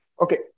okay